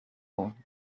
old